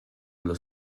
allo